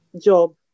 job